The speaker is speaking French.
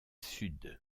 sud